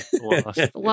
lost